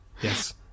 Yes